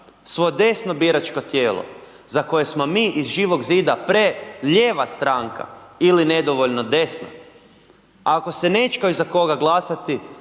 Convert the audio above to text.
svo desno biračko tijelo, za koje smo mi iz Živog zida prelijeva stranka ili nedovoljno desna, ako se nećkaju za koga glasati,